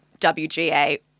WGA